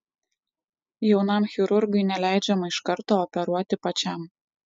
jaunam chirurgui neleidžiama iš karto operuoti pačiam